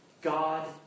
God